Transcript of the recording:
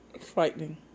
frightening